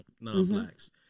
non-blacks